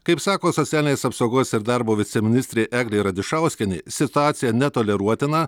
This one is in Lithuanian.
kaip sako socialinės apsaugos ir darbo viceministrė eglė radišauskienė situacija netoleruotina